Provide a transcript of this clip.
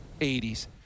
80s